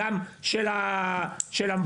גם של המבוגרים,